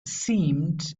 seemed